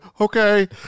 Okay